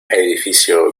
edificio